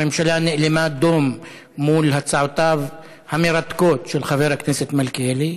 הממשלה נאלמה דום מול הצעותיו המרתקות של חבר הכנסת מלכיאלי.